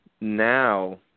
now